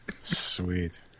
Sweet